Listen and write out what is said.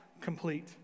complete